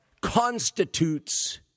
constitutes